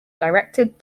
directed